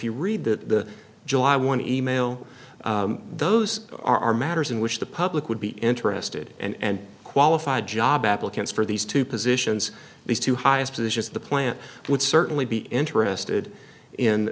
you read the july one e mail those are matters in which the public would be interested and qualified job applicants for these two positions these two highest positions at the plant would certainly be interested in